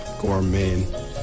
gourmet